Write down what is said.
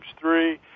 three